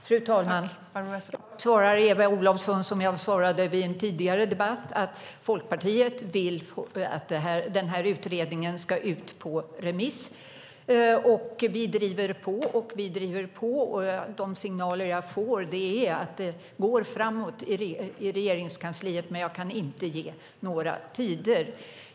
Fru talman! Jag svarar Eva Olofsson som jag svarade vid en tidigare debatt att Folkpartiet vill att den här utredningen ska ut på remiss. Vi driver på och vi driver på. De signaler jag får är att det går framåt i Regeringskansliet, men jag kan inte ge några tider.